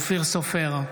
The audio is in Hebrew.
אופיר סופר,